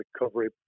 recovery